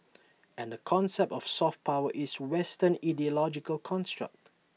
and the concept of soft power is western ideological construct